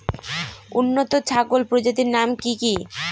উন্নত ছাগল প্রজাতির নাম কি কি?